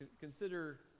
Consider